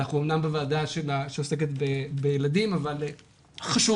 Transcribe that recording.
אנחנו אמנם בוועדה שעוסקת בילדים אבל חשוב